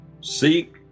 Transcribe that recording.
seek